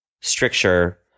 stricture